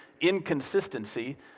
inconsistency